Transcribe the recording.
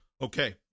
Okay